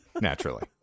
naturally